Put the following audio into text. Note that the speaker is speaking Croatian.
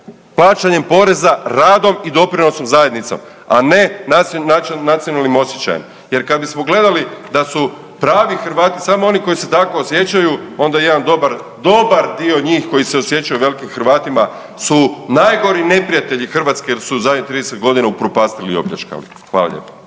plaćanjem poreza, radom i doprinosom zajednicom, a ne nacionalnim osjećajem jer kad bismo gledali da su pravi Hrvati samo oni koji se tako osjećaju onda jedan dobar, dobar dio njih koji se osjećaju velikim Hrvatima su najgori neprijatelji Hrvatske jer su u zadnjih 30 godina upropastili i opljačkali. Hvala lijepo.